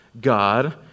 God